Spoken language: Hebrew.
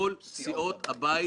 אלה הדברים לגבי הדוח עצמו.